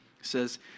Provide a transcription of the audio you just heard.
says